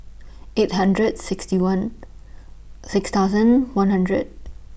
eight thousand sixty one six thousand one hundred